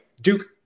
Duke